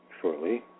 shortly